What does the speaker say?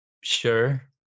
sure